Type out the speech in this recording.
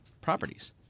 properties